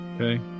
Okay